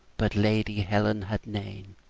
but lady helen had nane.